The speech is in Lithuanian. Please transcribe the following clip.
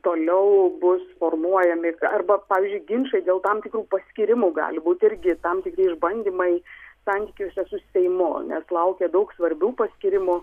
toliau bus formuojami arba pavyzdžiui ginčai dėl tam tikrų paskyrimų gali būt irgi tam tikri išbandymai santykiuose su seimu nes laukia daug svarbių paskyrimų